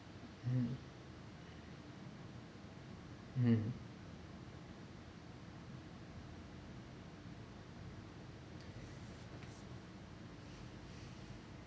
mm mm